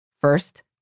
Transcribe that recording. First